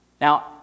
Now